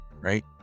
right